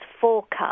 forecast